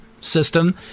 system